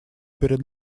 перед